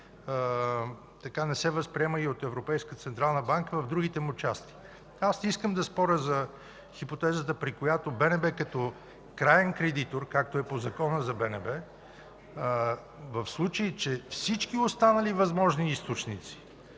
не се възприема и от Европейската централна банка в другите му части. Аз не искам да споря за хипотезата, при която БНБ като краен кредитор, както е по Закона за БНБ, в случай че всички останали възможни източници